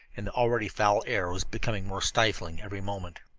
and the already foul air was becoming more stifling every moment.